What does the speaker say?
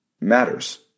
matters